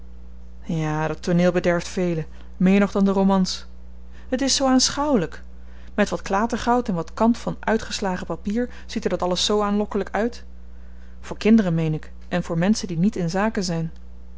ja dat tooneel bederft velen meer nog dan de romans het is zoo aanschouwelyk met wat klatergoud en wat kant van uitgeslagen papier ziet er dat alles zoo aanlokkelyk uit voor kinderen meen ik en voor menschen die niet in zaken zyn